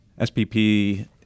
SPP